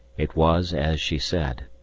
it was as she said,